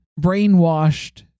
brainwashed